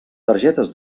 targetes